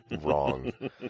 wrong